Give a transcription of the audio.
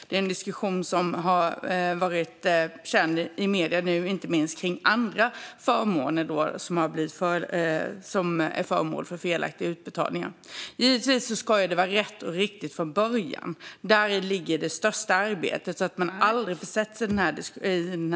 Det är en diskussion som blivit uppmärksammad i medierna då det har gällt andra förmåner som är föremål för felaktiga utbetalningar. Givetvis ska det bli rätt och riktigt redan från början så att man aldrig försätter sig i den här situationen.